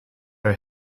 our